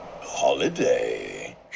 Holiday